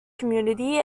community